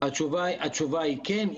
התשובה היא כן.